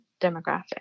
demographic